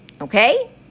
Okay